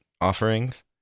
offerings